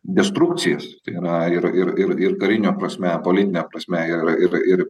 destrukcijas tai yra ir ir ir ir karine prasme politine prasme ir ir ir